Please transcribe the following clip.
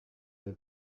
del